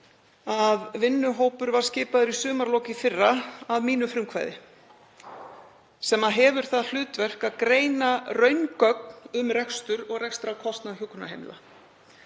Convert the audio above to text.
að vinnuhópur var skipaður í sumarlok í fyrra að mínu frumkvæði, sem hefur það hlutverk að greina raungögn um rekstur og rekstrarkostnað hjúkrunarheimila.